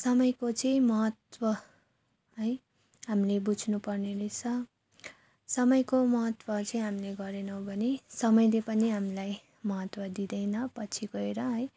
समयको चाहिँ महत्त्व है हामीले बुझ्नु पर्ने रहेछ समयको महत्त्व चाहिँ हामीले गरेनौँ भने समयले पनि हामीलाई महत्त्व दिँदैन पछि गएर है